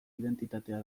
identitatea